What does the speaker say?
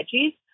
veggies